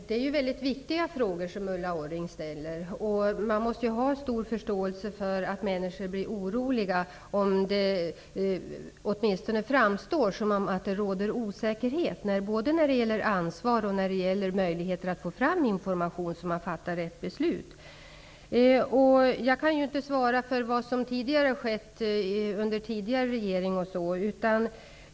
Fru talman! Ulla Orring ställer viktiga frågor. Man måste ha stor förståelse för att människor blir oroliga, om det åtminstone framstår som om det råder osäkerhet både när det gäller ansvaret och när det gäller att få fram information så att man kan fatta rätt beslut. Jag kan inte svara för vad som har skett under tidigare regeringar.